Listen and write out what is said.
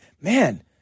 man